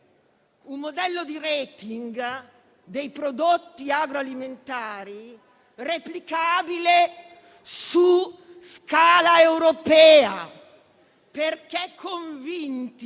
Un modello di *rating* dei prodotti agroalimentari replicabile su scala europea, perché siamo convinti